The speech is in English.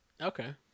Okay